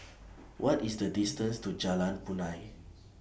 What IS The distance to Jalan Punai